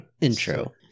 intro